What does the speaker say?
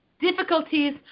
difficulties